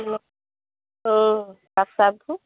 অঁ তাব চাববোৰ